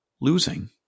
losing